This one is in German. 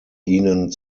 ihnen